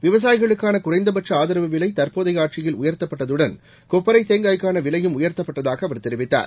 விவசாயிகளுக்கான குறைந்தபட்ச ஆதரவு விலை தற்போதைய ஆட்சியில் உயர்த்தப்பட்டதுடன் கொப்பரை தேங்காய்க்கான விலையும் உயர்த்தப்பட்டதாக அவர் தெரிவித்தார்